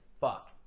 fuck